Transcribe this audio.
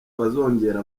bazongera